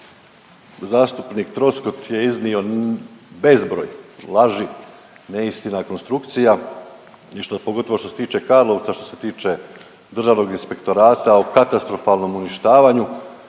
zastupnik Troskot je iznio bezbroj laži, neistina, konstrukcija i pogotovo što se tiče Karlovca, što se tiče Državnog inspektorata o katastrofalnom uništavanju,